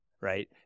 right